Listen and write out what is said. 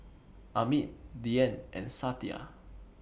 Amit Dhyan and Satya